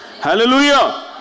hallelujah